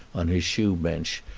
on his shoe-bench,